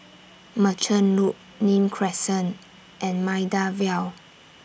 Merchant Loop Nim Crescent and Maida Vale